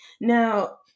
now